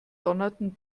donnerten